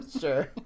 sure